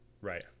right